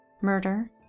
murder